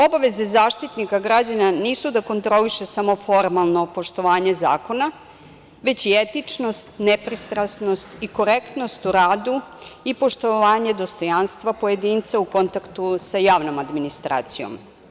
Obaveze Zaštitnika građana nisu da kontroliše samo formalno poštovanje zakona, već i etičnost, nepristranost i korektnost u radu i poštovanje dostojanstva pojedinca u kontaktu sa javnom administracijom.